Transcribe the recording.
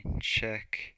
check